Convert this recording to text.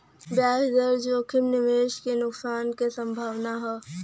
ब्याज दर जोखिम निवेश क नुकसान क संभावना हौ